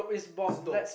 this dope